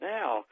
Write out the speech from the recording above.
now